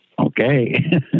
Okay